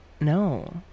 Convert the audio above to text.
no